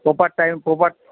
proper টাইমে proper